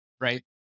right